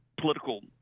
political